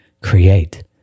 create